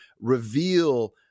reveal –